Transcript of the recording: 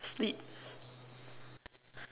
sleep